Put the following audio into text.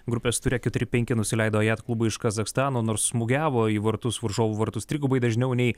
grupės ture keturi penki nusileido ajet klubui iš kazachstano nors smūgiavo į vartus varžovų vartus trigubai dažniau nei